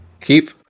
keep